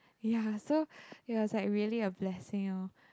ya so we was like really a blessing lor